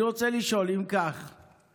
אני רוצה לשאול: 1. האם כך הדבר?